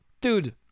Dude